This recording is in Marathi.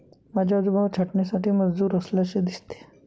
माझे आजोबा छाटणीसाठी मजूर असल्याचे दिसते